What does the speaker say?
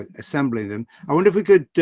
assembling them. i wonder if we could,